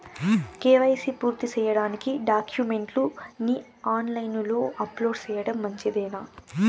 KYC పూర్తి సేయడానికి డాక్యుమెంట్లు ని ఆన్ లైను లో అప్లోడ్ సేయడం మంచిదేనా?